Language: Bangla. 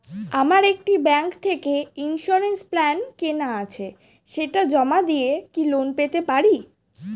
আমার একটি ব্যাংক থেকে ইন্সুরেন্স প্ল্যান কেনা আছে সেটা জমা দিয়ে কি লোন পেতে পারি?